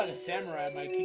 and samurai might